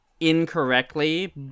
incorrectly